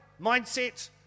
mindset